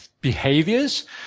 behaviors